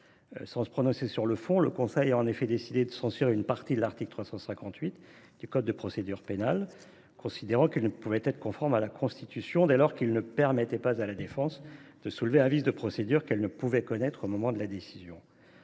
Sans se prononcer sur le fond, le Conseil a en effet décidé de censurer une partie de l’article 385 du code de procédure pénale, considérant qu’il ne pouvait être conforme à la Constitution dès lors qu’il ne permettait pas à la défense de soulever un vice de procédure qu’elle ne pouvait connaître au moment de l’instruction.